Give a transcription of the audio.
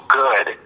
good